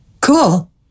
Cool